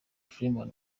freeman